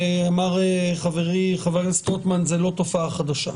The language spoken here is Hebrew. אמר חברי, חבר הכנסת רוטמן, שזו לא תופעה חדשה.